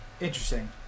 Interesting